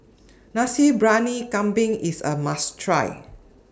Nasi Briyani Kambing IS A must Try